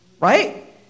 right